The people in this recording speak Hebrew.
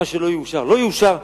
מה שלא יאושר לא יאושר,